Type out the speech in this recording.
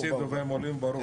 הפסידו והם עולים, ברור.